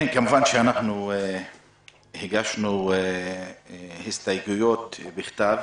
כמובן שאנחנו הגשנו הסתייגויות בכתב